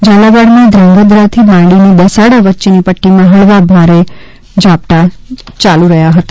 ઝાલાવાડમાં ધ્રાંગધ્રાથી માંડી દસાડા વચ્ચેની પટ્ટીમાં હળવા ભારે ઝાપટા બપોરથી ચાલુ હતા